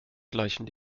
gleichen